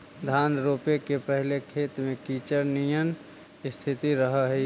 धान रोपे के पहिले खेत में कीचड़ निअन स्थिति रहऽ हइ